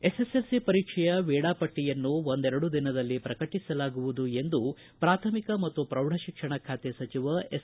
SSLC ಪರೀಕ್ಷೆಯ ವೇಳಾಪಟ್ಸಿಯನ್ನು ಒಂದೆರೆಡು ದಿನದಲ್ಲಿ ಪ್ರಕಟಿಸಲಾಗುವುದು ಎಂದು ಪ್ರಾಥಮಿಕ ಮತ್ತು ಪೌಢಶಿಕ್ಷಣ ಖಾತೆ ಸಚಿವ ಎಸ್